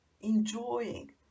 Enjoying